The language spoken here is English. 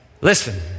Listen